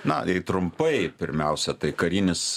na jei trumpai pirmiausia tai karinis